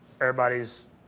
everybody's